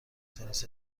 تنیس